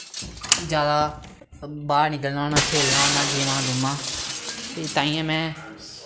ज्यादा बाह्र निकलना होन्ना खेलना होन्नां गेमां गूमां ते ताइयें में